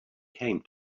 came